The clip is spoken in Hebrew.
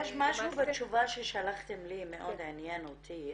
משהו בתשובה ששלחתם לי מאוד עניין אותי,